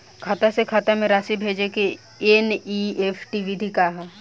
खाता से खाता में राशि भेजे के एन.ई.एफ.टी विधि का ह?